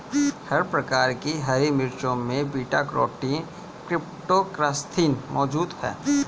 हर प्रकार की हरी मिर्चों में बीटा कैरोटीन क्रीप्टोक्सान्थिन मौजूद हैं